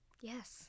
Yes